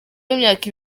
w’imyaka